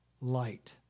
light